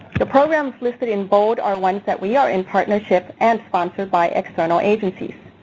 the programs listed in bold are ones that we are in partnership and sponsored by external agencies.